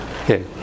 Okay